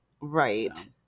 Right